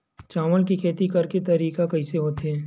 चावल के खेती करेके तरीका कइसे होथे?